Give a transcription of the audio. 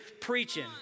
preaching